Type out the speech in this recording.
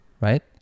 Right